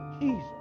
jesus